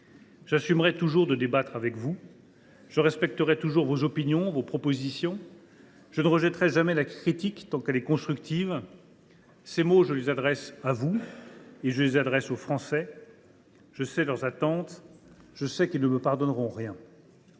continuerai toujours de débattre avec vous. Je respecterai toujours vos opinions et vos propositions. Je ne rejetterai jamais la critique, tant qu’elle est constructive. « Ces mots, je les adresse à vous et je les adresse aux Français. Je sais leurs attentes. Je sais qu’ils ne me pardonneront rien.